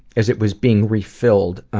as it was being refilled.